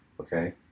okay